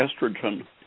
estrogen